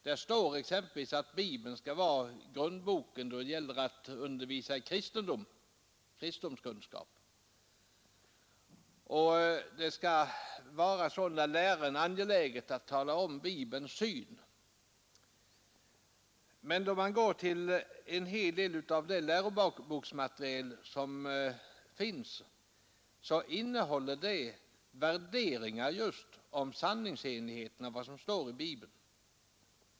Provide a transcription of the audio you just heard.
Där står exempelvis att Bibeln skall vara grundboken då det gäller att undervisa i kristendomskunskap, och det skall sålunda vara läraren angeläget att tala om Bibelns syn. Men då man går till en hel del av det läroboksmaterial som finns visar det sig att det innehåller värderingar just av sanningsenligheten hos det som står i Bibeln.